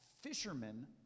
fishermen